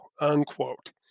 unquote